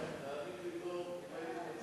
תאמין לי, לא